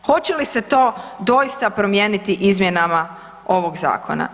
Hoće li se to doista promijeniti izmjenama ovoga zakona?